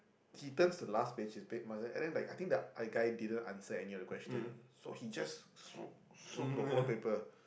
he turns to the last page his page marker and I think the guy didn't answer any of the question so he just snoop snoop the whole paper